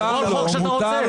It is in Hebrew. כל חוק שאתה רוצה.